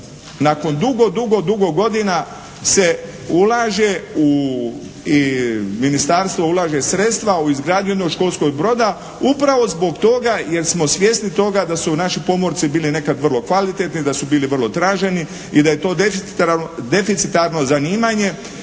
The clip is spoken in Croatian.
Nakon dugo, dugo, dugo godina se ulaže i ministarstvo ulaže sredstva u izgradnju jednog školskog broda upravo zbog toga jer smo svjesni toga da su naši pomorci bili nekad vrlo kvalitetni, da su bili vrlo traženi i da je to deficitarno zanimanje